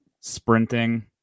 sprinting